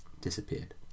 disappeared